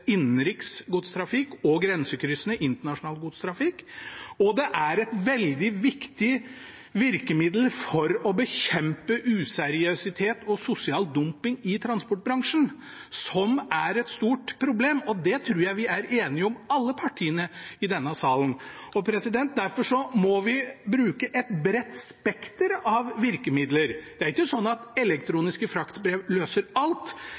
innenriks godstrafikk og for grensekryssende internasjonal godstrafikk, og det er et veldig viktig virkemiddel for å bekjempe useriøsitet og sosial dumping i transportbransjen, noe som er et stort problem. Det tror jeg vi er enige om, alle partiene i denne salen. Derfor må vi bruke et bredt spekter av virkemidler. Det er ikke sånn at elektroniske fraktbrev løser alt,